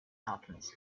alchemist